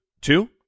Two